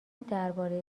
درباره